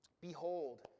Behold